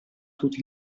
tutti